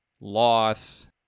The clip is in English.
loss